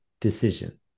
decision